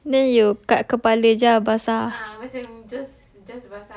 then you kat kepala jer ah basah